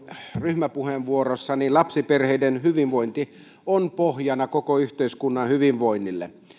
ryhmäpuheenvuorossani lapsiperheiden hyvinvointi on pohjana koko yhteiskunnan hyvinvoinnille